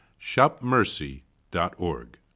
shopmercy.org